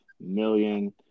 million